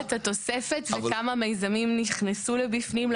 אני אזכיר את התוספת וכמה מיזמים נכנסו לבפנים,